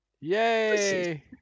Yay